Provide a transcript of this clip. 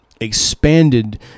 expanded